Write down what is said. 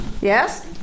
Yes